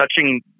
touching